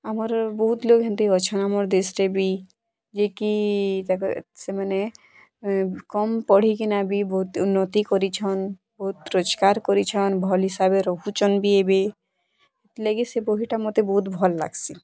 ଆମର୍ ବହୁତ୍ ଲୋଗ୍ ହେନ୍ତି ଅଛନ୍ ଆମର୍ ଦେଶ୍ରେ ବି ଯିଏ କି ତାକ ସେମାନେ କମ୍ ପଢ଼ିକିନା ବି ବହୁତ୍ ଉନ୍ନତି କରିଛନ୍ ବହୁତ୍ ରୋଜ୍ଗାର କରିଛନ୍ ଭଲ୍ ହିସାବେ ରହୁଛନ୍ ବି ଏବେ ସେଥିର୍ଲାଗି ସେ ବହିଟା ମୋତେ ବହୁତ୍ ଭଲ୍ ଲାଗ୍ସି